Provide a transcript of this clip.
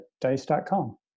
dice.com